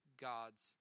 God's